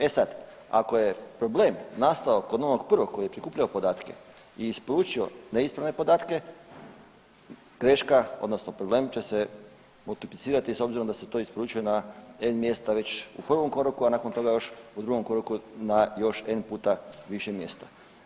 E sad, ako je problem nastao kod onog prvog koji je prikupljao podatke i isporučio neispravne podatke greška odnosno problem će se multiplicirati s obzirom da se to isporučuje na n mjesta već u prvom koraku, a nakon toga još u drugom koraku na još n puta više mjesta.